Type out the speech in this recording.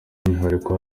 mwihariko